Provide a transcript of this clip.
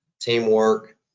teamwork